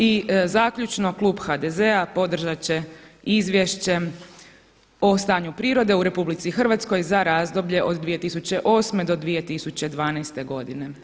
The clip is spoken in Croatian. I zaključno klub HDZ-a podržati će izvješće o stanju prirode u RH za razdoblje od 2008. do 2012. godine.